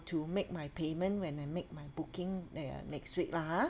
to make my payment when I make my booking uh next week lah ha